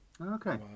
okay